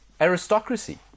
aristocracy